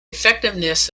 effectiveness